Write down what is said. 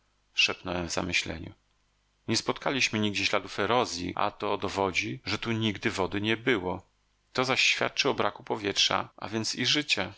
w zamyśleniu nie spotkaliśmy nigdzie śladów erozji a to dowodzi że tu nigdy wody nie było to zaś świadczy o braku powietrza a więc i życia